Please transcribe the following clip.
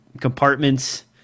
compartments